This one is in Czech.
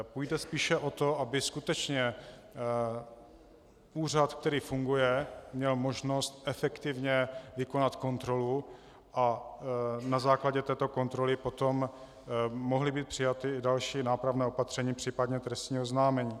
Půjde spíše o to, aby skutečně úřad, který funguje, měl možnost efektivně vykonat kontrolu a na základě této kontroly potom mohla být přijata další nápravná opatření, případně trestní oznámení.